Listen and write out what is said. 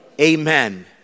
Amen